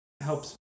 helps